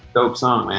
dope song, man.